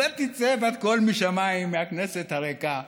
ותצא בת-קול משמיים, מהכנסת הריקה,